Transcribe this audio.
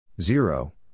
Zero